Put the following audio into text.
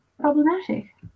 problematic